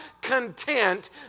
content